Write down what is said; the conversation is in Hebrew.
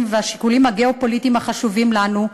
והשיקולים הגיאו-פוליטיים החשובים לנו,